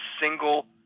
single